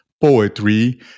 poetry